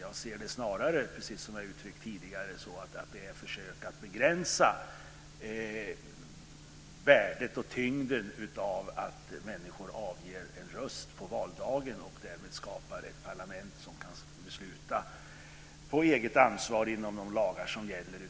Jag ser det snarare så, precis som jag uttryckt tidigare, att det är ett försök att begränsa värdet och tyngden av att människor avger en röst på valdagen och därmed skapar ett parlament som kan besluta på eget ansvar inom de lagar som gäller.